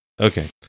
okay